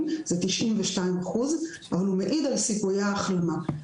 אבל הוא כ-92% והוא מעיד על סיכויי ההחלמה,